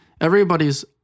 Everybody's